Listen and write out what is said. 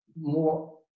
more